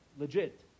legit